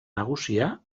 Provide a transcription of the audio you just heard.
nagusia